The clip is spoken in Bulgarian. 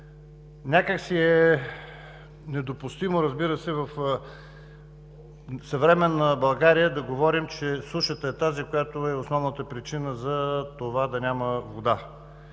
Някак си е недопустимо, разбира се, в съвременна България да говорим, че сушата е тази, която е основната причина да няма вода.